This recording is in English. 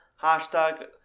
hashtag